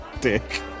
dick